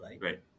right